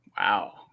Wow